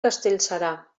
castellserà